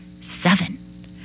Seven